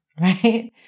right